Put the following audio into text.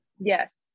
yes